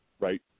right